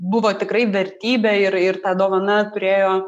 buvo tikrai vertybė ir ir ta dovana turėjo